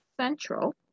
Central